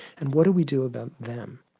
and what do we do about them.